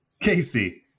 Casey